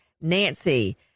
Nancy